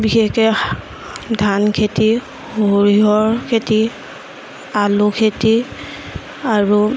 বিশেষকে ধান খেতি সৰিয়হৰ খেতি আলু খেতি আৰু